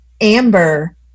amber